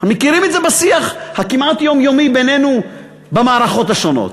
מכירים את זה בשיח הכמעט יומיומי בינינו במערכות השונות.